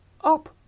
up